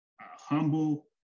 humble